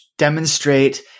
Demonstrate